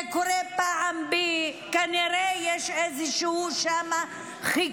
זה קורה פעם ב-, כנראה יש שם איזשהו חיכוך.